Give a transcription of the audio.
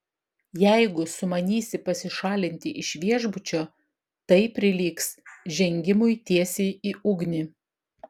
jeigu sumanysi pasišalinti iš viešbučio tai prilygs žengimui tiesiai į ugnį